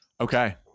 okay